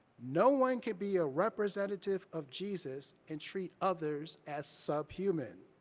no one can be a representative of jesus and treat others as subhuman.